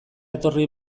etorri